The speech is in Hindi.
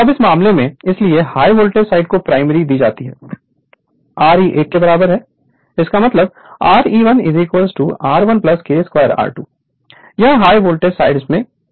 अब इस मामले में इसलिए हाई वोल्टेज साइड को प्राइमरी दी जाती है Re 1 बराबर है Re1 R 1 K 2 R2 यह हाई वोल्टेज साइड को संदर्भित करता है